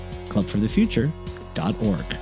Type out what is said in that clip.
clubforthefuture.org